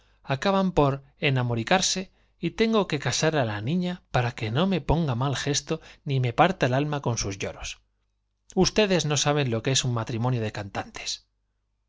acaban por enamoricarse y tengo que casar á la niña para que no me ponga mal gesto ni me parta el alma con sus lloros ustedes no saben lo que es un matrimonio de cantantes